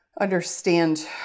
understand